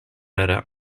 ara